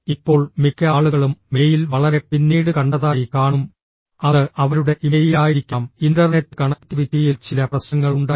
ഇപ്പോൾ മിക്ക ആളുകളും മെയിൽ വളരെ പിന്നീട് കണ്ടതായി കാണും അത് അവരുടെ ഇമെയിലായിരിക്കാം ഇന്റർനെറ്റ് കണക്റ്റിവിറ്റിയിൽ ചില പ്രശ്നങ്ങളുണ്ടായിരുന്നു